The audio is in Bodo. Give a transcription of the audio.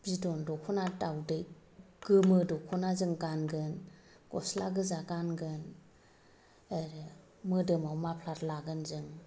बिदन दखना दावदै गोमो दखना जों गानगोन गस्ला गोजा गानगोन मोदोमाव माफ्लार लागोन जों